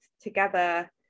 together